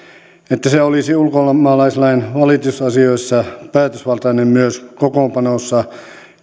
että se olisi ulkomaalaislain valitusasioissa päätösvaltainen myös kokoonpanossa